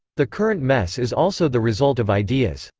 the current mess is also the result of ideas.